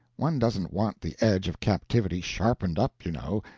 one doesn't want the edge of captivity sharpened up, you know,